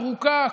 ארוכה,